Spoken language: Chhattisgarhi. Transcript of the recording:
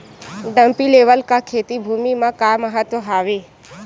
डंपी लेवल का खेती भुमि म का महत्व हावे?